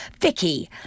Vicky